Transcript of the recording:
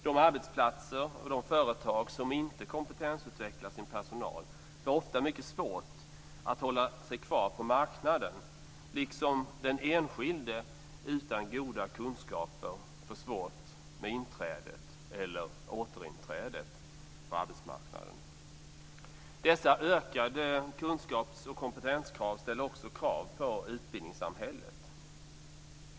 De arbetsplatser och de företag som inte kompetensutvecklar sin personal får ofta mycket svårt att hålla sig kvar på marknaden, liksom den enskilde utan goda kunskaper får svårt med inträdet eller återinträdet på arbetsmarknaden. Dessa ökade kunskaps och kompetenskrav ställer också krav på utbildningssamhället.